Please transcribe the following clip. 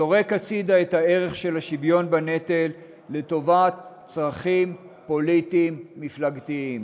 זורק הצדה את הערך של השוויון בנטל לטובת צרכים פוליטיים מפלגתיים.